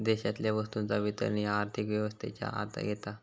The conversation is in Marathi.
देशातल्या वस्तूंचा वितरण ह्या आर्थिक व्यवस्थेच्या आत येता